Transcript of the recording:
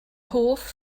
hoff